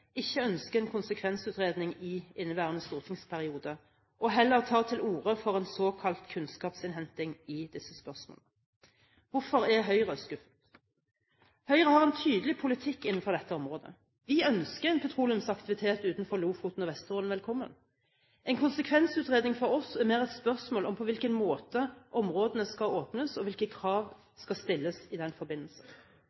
ikke ønsker en konsekvensutredning i inneværende stortingsperiode og heller tar til orde for en såkalt kunnskapsinnhenting i disse spørsmålene. Hvorfor er Høyre skuffet? Høyre har en tydelig politikk innenfor dette området. Vi ønsker en petroleumsaktivitet utenfor Lofoten og Vesterålen velkommen. En konsekvensutredning for oss er mer et spørsmål om på hvilken måte områdene skal åpnes, og hvilke krav